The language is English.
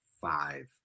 five